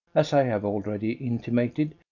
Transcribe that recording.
as i have already intimated,